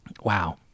Wow